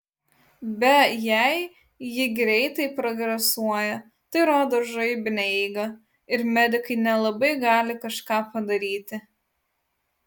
be jei ji greitai progresuoja tai rodo žaibinę eigą ir medikai ne labai gali kažką padaryti